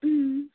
হুম